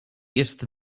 jest